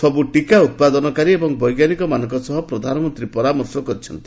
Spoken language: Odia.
ସବୁ ଟିକା ଉତ୍ପାଦନକାରୀ ଏବଂ ବୈଜ୍ଞାନିକମାନଙ୍କ ସହ ପ୍ରଧାନମନ୍ତ୍ରୀ ପରାମର୍ଶ କରିଛନ୍ତି